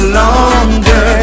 longer